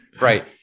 Right